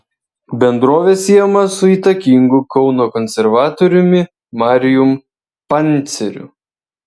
bendrovė siejama su įtakingu kauno konservatoriumi marijum panceriu